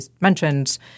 mentioned